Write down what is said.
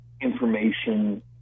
information